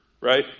right